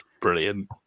brilliant